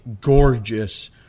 gorgeous